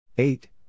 Eight